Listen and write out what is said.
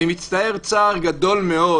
אני מצטער צער גדול מאוד